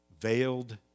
Veiled